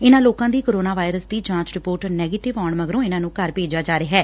ਇਨੂਾਂ ਲੋਕਾਂ ਦੀ ਕੋਰੋਨਾ ਵਾਇਰਸ ਦੀ ਜਾਂਚ ਰਿਪੋਰਟ ਨੈਗਟਿਵ ਆਉਣ ਮਗਰੋਂ ਇਨ੍ਹਾਂ ਨੂੰ ਘਰ ਭੇਜਿਆ ਜਾ ਰਿਹੈ